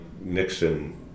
Nixon